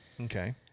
Okay